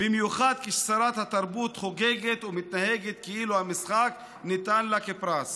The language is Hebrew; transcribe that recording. במיוחד כי שרת התרבות חוגגת ומתנהגת כאילו המשחק ניתן לה כפרס.